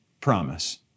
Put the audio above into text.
promise